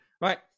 right